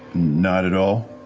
not at all?